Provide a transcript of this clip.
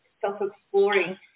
self-exploring